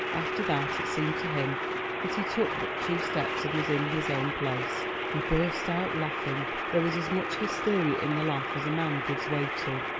after that it seemed to him that he took but two steps and was in his own place. he burst out laughing there was as much hysteria in the laugh as a man gives way to.